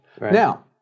Now